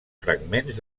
fragments